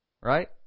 Right